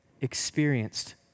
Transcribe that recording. experienced